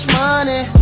money